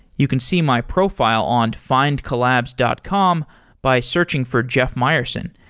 you can see my profile on findcollabs dot com by searching for jeff mayerson.